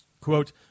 Quote